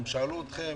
הם שאלו אתכם